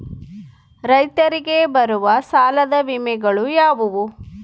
ರೈತರಿಗೆ ಬರುವ ಸಾಲದ ವಿಮೆಗಳು ಯಾವುವು?